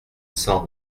cent